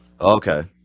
Okay